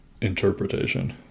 interpretation